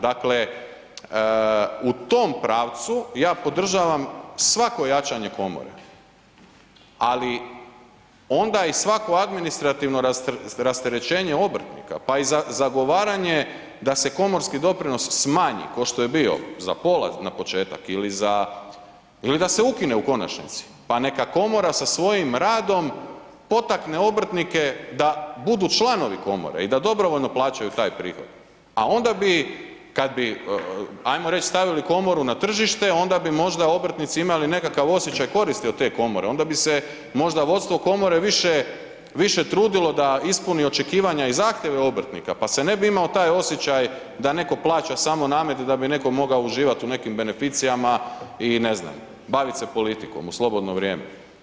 Dakle, u tom pravcu ja podržavam svako jačanje komore ali onda i svako administrativno rasterećenje obrtnika pa i zagovaranje da se komorski doprinos smanji kao što je bio za pola na početak ili da se ukine u konačnici pa neka komora sa svojim radom potakne obrtnike da budu članovi komore i da dobrovoljno plaćaju taj prihvat a onda bi kad bi ajmo reć stavili komoru na tržište, onda bi možda obrtnici imali nekakav osjećaj koristi od te komore, onda bi se možda vodstvo komore više trudilo da ispuni očekivanja i zahtjeve obrtnika pa se ne bi imao taj osjećaj da netko plaća samo namet da bi netko mogao uživat u nekim beneficijama i ne znam, bavit se politikom u slobodno vrijeme.